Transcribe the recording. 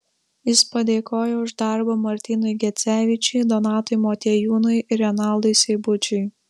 jis padėkojo už darbą martynui gecevičiui donatui motiejūnui ir renaldui seibučiui